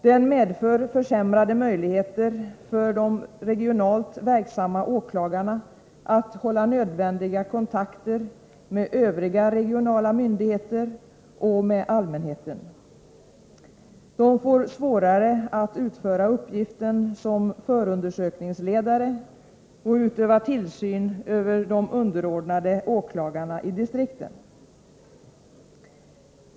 Den medför försämrade möjligheter för de regionalt verksamma åklagarna att hålla nödvändiga kontakter med övriga regionala myndigheter och med allmänheten. De får svårare att utföra uppgiften som förundersökningsledare och utöva tillsyn över de underordnade åklagarna i distrikten.